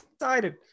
excited